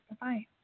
Bye